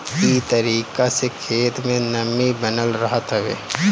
इ तरीका से खेत में नमी बनल रहत हवे